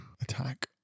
attack